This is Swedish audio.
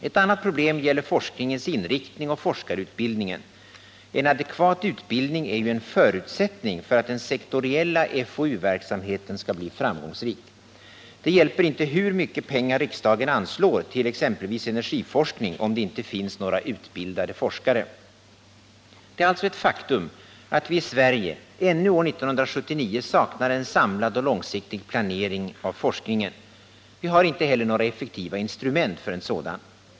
Ett annat problem gäller forskningens inriktning och forskarutbildningen — en adekvat utbildning är ju en förutsättnng för att den sektoriella FoU-verksamheten skall bli framgångsrik. Det hjälper inte hur mycket pengar riksdagen än anslår till exempelvis energiforskning om det inte finns några utbildade forskare. Det är alltså ett faktum att vi i Sverige ännu år 1979 saknar en samlad och långsiktig planering av forskningen. Vi har inte heller några effektiva instrument för en sådan.